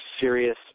serious